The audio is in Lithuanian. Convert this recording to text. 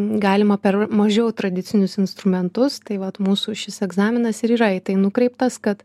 galima per mažiau tradicinius instrumentus tai vat mūsų šis egzaminas ir yra į tai nukreiptas kad